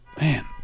Man